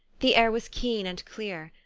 the air was keen and clear,